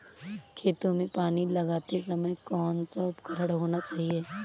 खेतों में पानी लगाते समय कौन सा उपकरण होना चाहिए?